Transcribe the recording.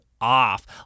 off